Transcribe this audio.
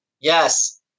Yes